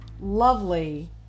lovely